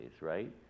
right